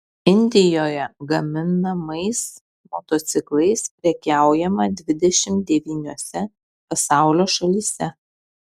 indijoje gaminamais motociklais prekiaujama dvidešimt devyniose pasaulio šalyse